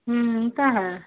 ਹੁੰ ਇਹ ਤਾਂ ਹੈ